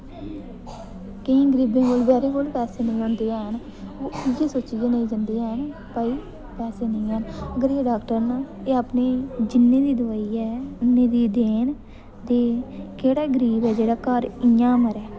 केईं गरीबें बचैरें कोल पैसे नेईं होंदे हैन ओह् इ'यै सोचियै नेईं जंदे हैन भाई पैसे नेईं हैन गरीब डाक्टर न एह् अपने ई जिन्ने बी दवाई ऐ इन्ने दी देन ते केह्ड़ा गरीब ऐ जेह्ड़ा घर इ'यां गै मरै